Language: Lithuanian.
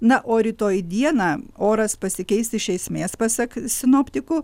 na o rytoj dieną oras pasikeis iš esmės pasak sinoptikų